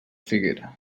figuera